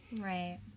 Right